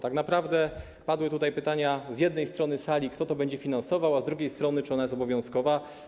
Tak naprawdę padły tutaj pytania z jednej strony sali, kto to będzie finansował, a z drugiej strony - czy ona jest obowiązkowa.